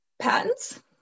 Patents